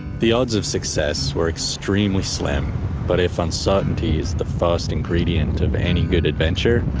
the odds of success were extremely slim but if uncertainty is the first ingredient of any good adventure,